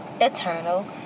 eternal